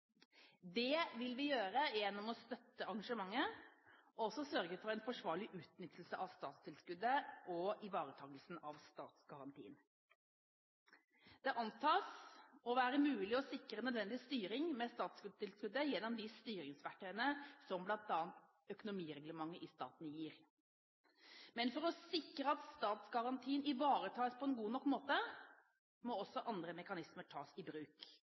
Det vil vi gjøre gjennom å støtte arrangementet og også sørge for en forsvarlig utnyttelse av statstilskuddet og ivaretakelse av statsgarantien. Det er mulig å sikre nødvendig styring av statstilskuddet gjennom de styringsverktøyene som bl.a. økonomireglementet i staten gir. Men for å sikre at statsgarantien ivaretas på en god nok måte, må også andre mekanismer tas i bruk.